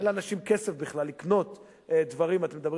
אין לאנשים כסף בכלל לקנות דברים ואתם מדברים